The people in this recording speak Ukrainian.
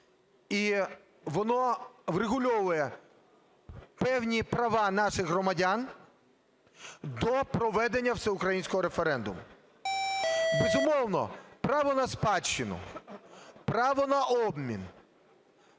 І воно врегульовує певні права наших громадян до проведення всеукраїнського референдуму. Безумовно, право на спадщину, право на обмін